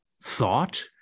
thought